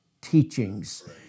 teachings